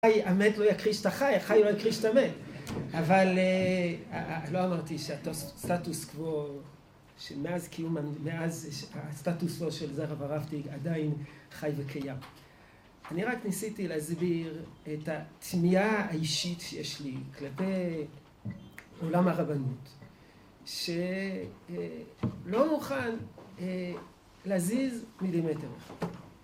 האמת לא יכחיש את החי, החי לא יכחיש את המת. אבל לא אמרתי שהסטטוס קוו שמאז קיום המדינה, מאז הסטטוס קוו של זרע ורבטיג עדיין חי וקיים. אני רק ניסיתי להסביר את התמיהה האישית שיש לי כלפי עולם הרבנות, שלא מוכן להזיז מילימטר.